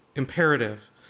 imperative